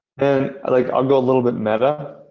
and like i'll got a little bit meta.